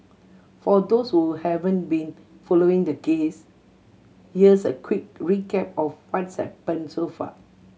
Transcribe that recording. for those who haven't been following the case here's a quick recap of what's happened so far